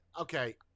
Okay